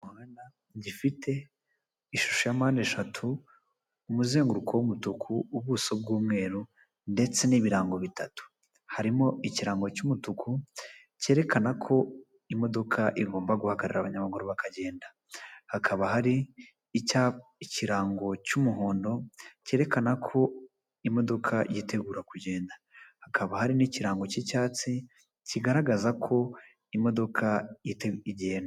Icyapa cyo ku muhanda gifite ishusho ya mpande eshatu umuzenguruko w'umutuku, ubuso bw'umweru ndetse n'ibirango bitatu, harimo ikirango cy'umutuku cyerekana ko imodoka igomba guhagarara abanyamaguru bakagenda, hakaba hari ikirango cy'umuhondo cyerekana ko imodoka yitegura kugenda, hakaba hari n'ikirango cy'icyatsi kigaragaza ko imodoka igenda.